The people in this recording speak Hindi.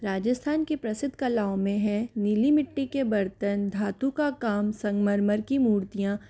राजस्थान की प्रसिद्ध कलाओं में है नीली मिट्टी के बर्तन धातु का काम संगमरमर की मूर्तियाँ